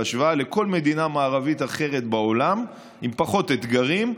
בהשוואה לכל מדינה מערבית אחרת בעולם עם פחות אתגרים,